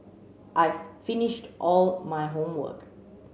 I've finished all my homework